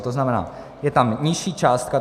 To znamená, je tam nižší částka.